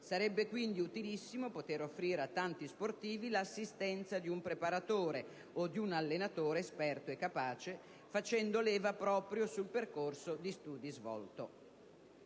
Sarebbe quindi utilissimo poter offrire a tanti sportivi l'assistenza di un preparatore o di un allenatore esperto e capace, facendo leva proprio sul percorso di studi svolto.